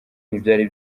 ntibyari